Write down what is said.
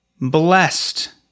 blessed